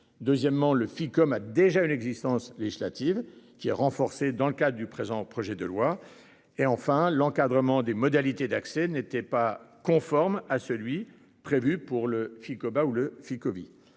Deuxièmement, le Ficom a déjà une existence législative, qui est renforcée dans le cadre du présent projet de loi. Troisièmement, l'encadrement des modalités d'accès n'était pas conforme à celui qui était prévu pour le Ficoba ou pour